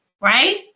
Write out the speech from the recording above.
right